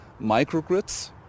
microgrids